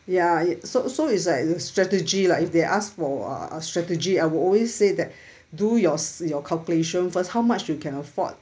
ya it so so it's like the strategy lah if they ask for uh strategy I will always say that do your your calculation first how much you can afford